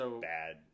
bad